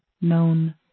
known